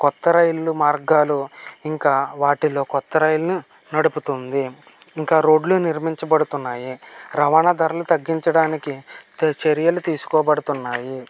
కొత్త రైళ్లు మార్గాలు ఇంకా వాటిలో కొత్త రైలును నడుపుతుంది ఇంకా రోడ్లు నిర్మించబడుతున్నాయి రవాణా ధరలు తగ్గించడానికి చ చర్యలు తీసుకోబడుతాయి